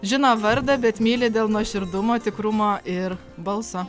žino vardą bet myli dėl nuoširdumo tikrumo ir balso